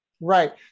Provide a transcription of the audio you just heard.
Right